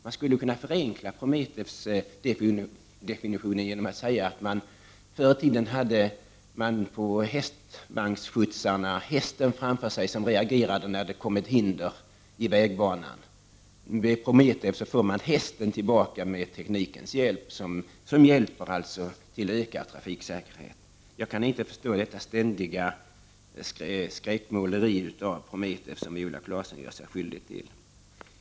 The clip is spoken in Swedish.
Man kan förenkla Prometheus-definitionen genom att säga att hästskjutsarna förr i tiden hade hästen framför sig som reagerade när det kom ett hinder i vägbanan. I Prometheuprojektet får man hästen tillbaka och med teknikens hjälp en ökad trafiksäkerhet. Jag kan inte förstå detta ständiga skräckmåleri av Prometheus som Viola Claesson gör sig skyldig till.